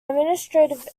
administrative